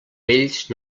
vells